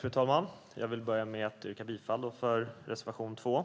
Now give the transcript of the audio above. Fru talman! Jag börjar med att yrka bifall till reservation 2.